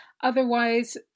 otherwise